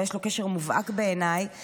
ויש לו קשר מובהק בעיניי לשדולה,